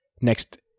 Next